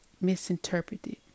Misinterpreted